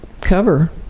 cover